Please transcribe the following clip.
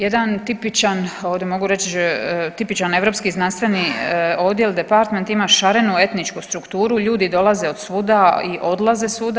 Jedan tipičan ovdje mogu reći tipičan europski znanstveni odjel Department ima šarenu etničku strukturu, ljudi dolaze od svuda i odlaze svuda.